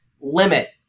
limit